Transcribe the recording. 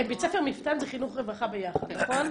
בית ספר מפת"ן זה חינוך-רווחה ביחד, נכון?